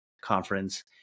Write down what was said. conference